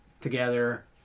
together